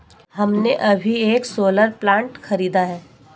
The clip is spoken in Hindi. हमने अभी एक सोलर प्लांट खरीदा है